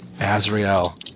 Azrael